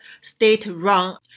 state-run